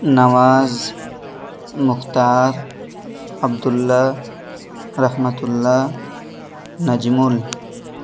Nawaz Mukhtar Abdullah Rahmatullah Najmal